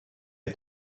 wir